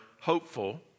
Hopeful